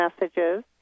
messages